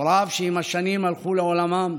הוריו, שעם השנים הלכו לעולמם,